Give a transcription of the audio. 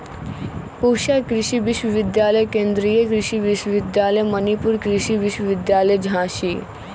पूसा कृषि विश्वविद्यालय, केन्द्रीय कृषि विश्वविद्यालय मणिपुर, कृषि विश्वविद्यालय झांसी